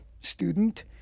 student